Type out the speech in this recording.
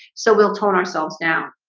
so we'll turn ourselves down